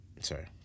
Sorry